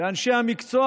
ואנשי המקצוע